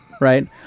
right